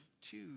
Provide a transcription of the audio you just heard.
two